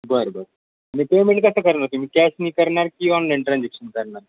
बरं बरं आणि पेमेंट कसं करणार तुम्ही कॅशने करणार की ऑनलाईन ट्रान्जेक्शन करणार